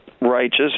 righteous